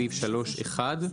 בסעיף 3(1),